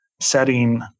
setting